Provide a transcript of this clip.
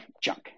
junk